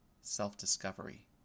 self-discovery